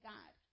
God